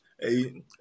Hey